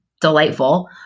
delightful